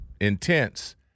intense